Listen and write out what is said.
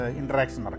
interaction